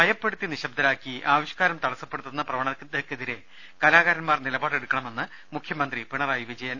ഭയപ്പെടുത്തി നിശബ്ദരാക്കി ആവിഷ്കാരം തടസ്സപ്പെടുത്തുന്ന പ്രവ ണതക്കെതിരെ കലാകാരൻമാർ നിലപാടെടുക്കണമെന്ന് മുഖ്യമന്ത്രി പിണറായി വിജയൻ